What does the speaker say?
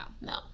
No